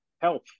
health